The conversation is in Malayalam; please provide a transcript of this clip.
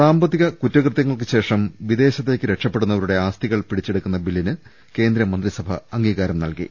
സാമ്പത്തിക കുറ്റകൃത്യങ്ങൾക്കുശേഷം വിദേശത്തേക്ക് രക്ഷപ്പെട്ട ടുന്നവരുടെ ആസ്തികൾ പിടിച്ചെടുക്കുന്ന ബില്ലിന് കേന്ദ്രമന്ത്രി സഭ അംഗീകാരം നൽകി